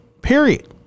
period